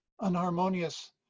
unharmonious